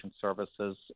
services